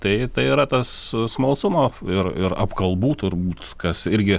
tai tai yra tas smalsumo ir ir apkalbų turbūt kas irgi